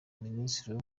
minisiteri